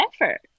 Effort